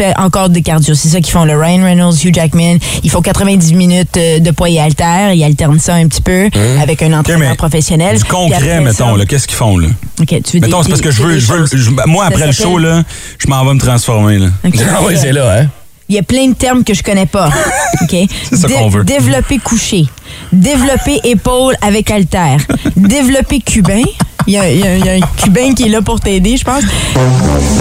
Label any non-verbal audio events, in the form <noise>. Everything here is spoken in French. fais encore des cardio. C'est ça qu'ils font, le Ryan Reynolds, Hugh Jackman. Ils font 90 minutes, euh, de poids et haltères. Ils alternent ça un petit peu Hein? avec un Ok, entraîneur mais professionnel. du concret, Puis après ça- mettons, là, qu'est-ce qu'ils font, là? Ok, tu veux des- Mettons, c'est parce des- que je des veux- je veux- choses. je veux- moi, Ça après le s'appelle- show, là, je m'en vais me transformer, là. Ok. <laughs> Ah oui, c'est là, hein? Il y a plein de termes que je connais pas. <laughs> Ok? C'est ça Dé- qu'on veut. développer couché. <laughs> Développer épaule avec haltère. <laughs> Développer cubain. Il y a- il y a- il y a un Cubain qui est là pour t'aider, je pense.